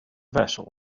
vessel